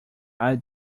are